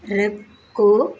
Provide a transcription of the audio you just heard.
Repco